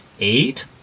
eight